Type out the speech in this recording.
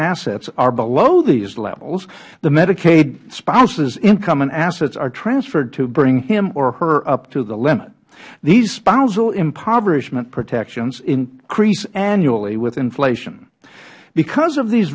assets are below these levels the medicaid spouses income and assets are transferred to bring him or her up to the limit these spousal impoverishment protections increase annually with inflation because of these